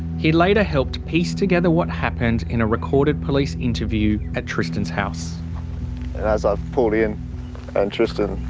he later helped piece together what happened in a recorded police interview at tristans house. and as i've pulled in and tristan,